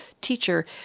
teacher